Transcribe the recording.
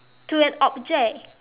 to an object